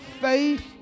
faith